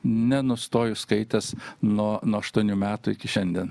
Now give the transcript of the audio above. nenustoju skaitęs nuo nuo aštuonių metų iki šiandien